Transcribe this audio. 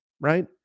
right